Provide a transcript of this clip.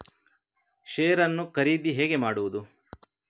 Share ನ್ನು ಖರೀದಿ ಹೇಗೆ ಮಾಡುವುದು?